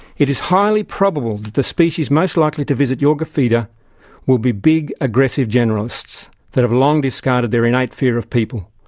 it is highly probable that the species most likely to visit your feeder will be big, aggressive, generalists that have long discarded their innate fear of people.